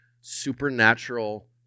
supernatural